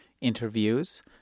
interviews